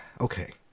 okay